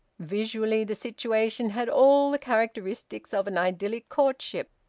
visually, the situation had all the characteristics of an idyllic courtship.